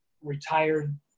retired